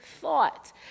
thought